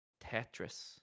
Tetris